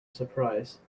surprise